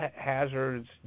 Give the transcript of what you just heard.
hazards